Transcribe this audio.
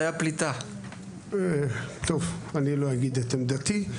אני לא אגיד את עמדתי.